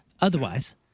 otherwise